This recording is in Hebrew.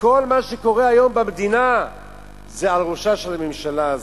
כל מה שקורה היום במדינה זה על ראשה של הממשלה הזאת.